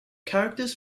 characters